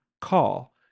call